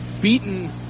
beaten